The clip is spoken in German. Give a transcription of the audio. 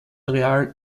areal